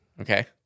Okay